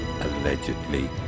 Allegedly